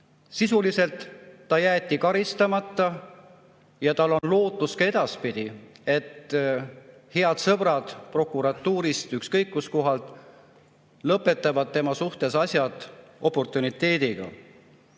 Sisuliselt ta jäeti karistamata ja tal on lootus ka edaspidi, et head sõbrad prokuratuurist lõpetavad tema puhul asjad oportuniteediga.